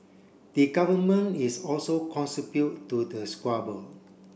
the government is also to the squabble